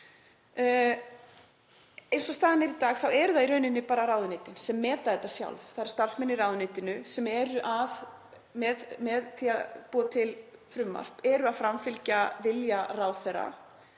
Eins og staðan er í dag þá eru það í rauninni bara ráðuneytin sem meta þetta sjálf. Það eru starfsmenn í ráðuneytinu sem búa til frumvarp og framfylgja vilja ráðherra